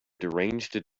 deranged